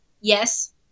Yes